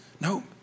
no